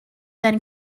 than